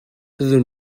byddwn